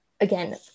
again